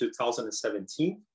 2017